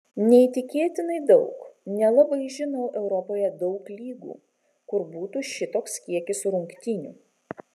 neįtikėtinai daug nelabai žinau europoje daug lygų kur būtų šitoks kiekis rungtynių